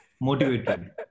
Motivated